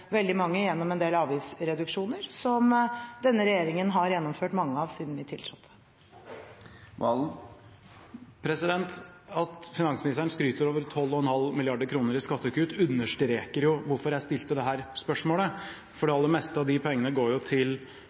veldig mange gjennom en del avgiftsreduksjoner, som denne regjeringen har gjennomført mange av siden vi tiltrådte. At finansministeren skryter av 12,5 mrd. kr i skattekutt, understreker jo hvorfor jeg stilte dette spørsmålet, for det aller meste av de pengene går til